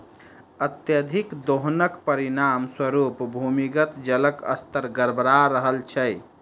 अत्यधिक दोहनक परिणाम स्वरूप भूमिगत जलक स्तर गड़बड़ा रहल छै